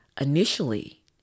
initially